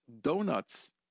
donuts